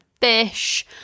fish